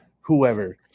whoever